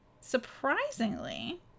surprisingly